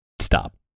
stop